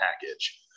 package